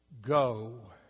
Go